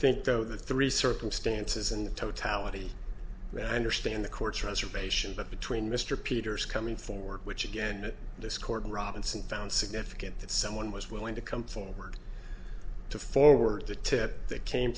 think though the three circumstances and the totality and or stand the court's reservation but between mr peters coming forward which again dischord robinson found significant that someone was willing to come forward to forward the tip that came